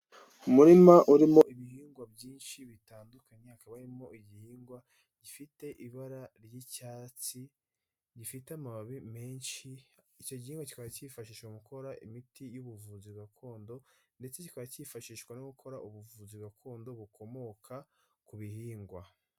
Umurima urimo ibihingwa byinshi bitandukanye, hakaba harimo igihingwa gifite ibara ry'icyatsi, gifite amababi menshi, icyo gihingwa kikaba cyifashishwa mu gukora imiti y'ubuvuzi gakondo, ndetse kikaba kifashishwa no gukora ubuvuzi gakondo bukomoka ku bihingwa.